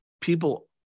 people